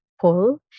pull